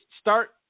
start